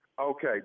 Okay